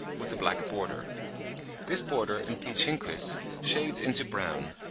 with a black border this border in p. chinquis shades into brown,